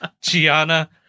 Gianna